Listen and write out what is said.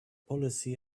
policy